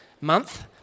month